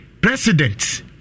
President